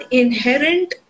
inherent